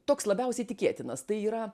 toks labiausiai tikėtinas tai yra